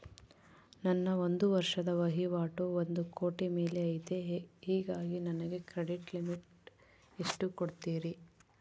ನನ್ನ ಒಂದು ವರ್ಷದ ವಹಿವಾಟು ಒಂದು ಕೋಟಿ ಮೇಲೆ ಐತೆ ಹೇಗಾಗಿ ನನಗೆ ಕ್ರೆಡಿಟ್ ಲಿಮಿಟ್ ಎಷ್ಟು ಕೊಡ್ತೇರಿ?